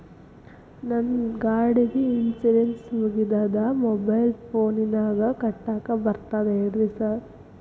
ನಂದ್ ಗಾಡಿದು ಇನ್ಶೂರೆನ್ಸ್ ಮುಗಿದದ ಮೊಬೈಲ್ ಫೋನಿನಾಗ್ ಕಟ್ಟಾಕ್ ಬರ್ತದ ಹೇಳ್ರಿ ಸಾರ್?